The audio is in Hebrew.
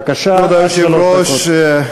בבקשה, שלוש דקות.